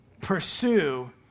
pursue